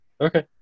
Okay